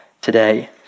today